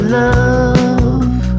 love